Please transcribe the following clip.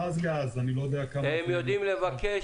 פזגז -- הם יודעים לבקש.